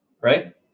right